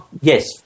Yes